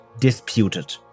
disputed